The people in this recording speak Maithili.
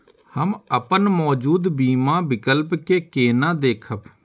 हम अपन मौजूद बीमा विकल्प के केना देखब?